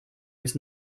its